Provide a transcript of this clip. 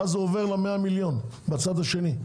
ואז הוא עובר ל-100 מיליון ₪ שבצד השני,